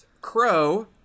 Crow